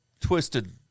twisted